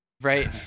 Right